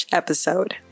episode